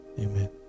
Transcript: amen